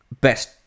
best